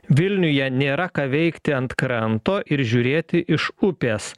vilniuje nėra ką veikti ant kranto ir žiūrėti iš upės